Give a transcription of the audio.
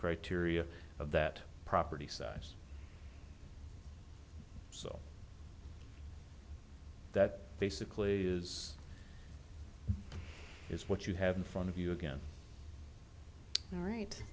criteria of that property size so that basically is is what you have in front of you again all right